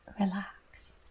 relax